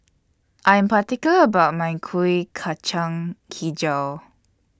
I Am particular about My Kuih Kacang Hijau